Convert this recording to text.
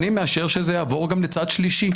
אני מאשר שזה יעבור גם לצד שלישי.